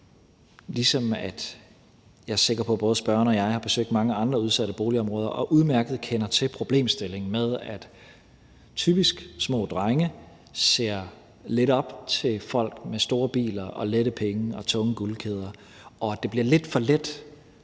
ligesom jeg er sikker på, at både spørgeren og jeg har besøgt mange andre udsatte boligområder og udmærket kender til problemstillingen med, at typisk små drenge ser lidt op til folk med store biler og lette penge og tunge guldkæder, og at det bliver lidt for let